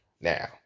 now